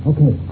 Okay